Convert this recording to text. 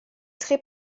très